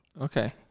Okay